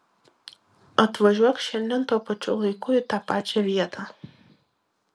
atvažiuok šiandien tuo pačiu laiku į tą pačią vietą